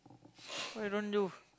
why you don't do